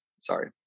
sorry